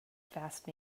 fast